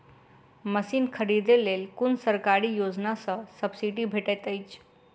Machine खरीदे लेल कुन सरकारी योजना सऽ सब्सिडी भेटैत अछि?